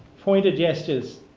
pointed gestures.